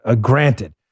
granted